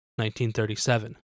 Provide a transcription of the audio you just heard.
1937